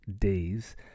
days